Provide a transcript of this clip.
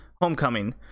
Homecoming